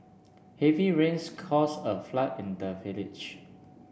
heavy rains cause a flood in the village